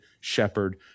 shepherd